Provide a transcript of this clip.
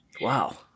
Wow